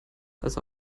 als